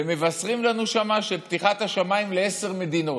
ומבשרים לנו שם על פתיחת השמיים לעשר מדינות,